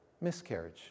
miscarriage